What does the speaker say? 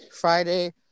Friday